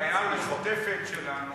הבעיה המשותפת שלנו,